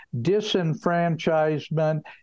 disenfranchisement